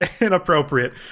inappropriate